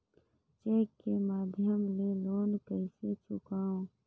Cheque के माध्यम ले लोन कइसे चुकांव?